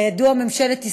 כידוע, ממשלת ישראל,